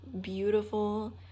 beautiful